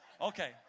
Okay